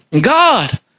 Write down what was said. God